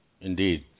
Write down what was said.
indeed